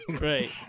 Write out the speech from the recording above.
Right